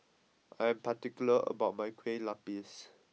I am particular about my Kueh Lapis